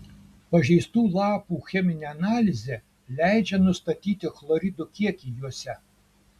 pažeistų lapų cheminė analizė leidžia nustatyti chloridų kiekį juose